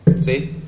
See